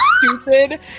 stupid